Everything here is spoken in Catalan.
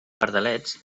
pardalets